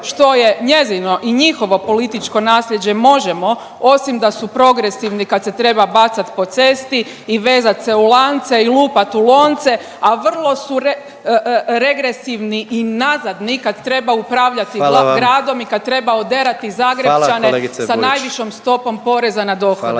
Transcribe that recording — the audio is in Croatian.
što je njezino i njihovo političko nasljeđe Možemo!, osim da su progresivni kad se treba bacati po cesti i vezat se u lance i lupat u lonce, a vrlo su regresivni i nazadni kad treba upravljati gradom … .../Upadica: Hvala vam./... i kad treba oderati